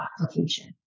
application